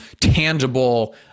tangible